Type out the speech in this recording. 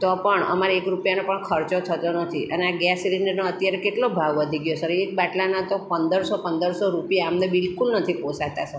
તો પણ અમારે એક રૂપિયાનો પણ ખર્ચો થતો નથી અને આ ગેસ સિલિન્ડરનો અત્યારે કેટલો ભાવ વધી ગયો સર એક બાટલાના તો પંદરસો પંદરસો રૂપિયા અમને બિલ્કુલ નથી પોસાતા સર